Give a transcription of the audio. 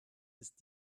ist